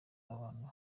abantu